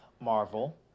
Marvel